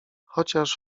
chociaż